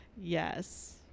Yes